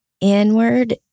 inward